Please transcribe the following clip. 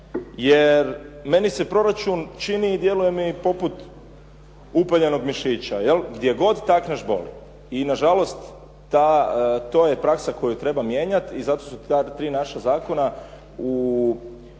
jer meni se proračun čini i djeluje mi poput upaljenog mišića, gdje god takneš boli. I nažalost, to je praksa koju treba mijenjati i zato su ta tri naša zakona u